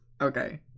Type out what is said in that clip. Okay